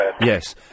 Yes